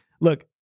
look